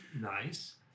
nice